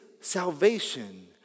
salvation